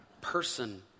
person